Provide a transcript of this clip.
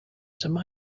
some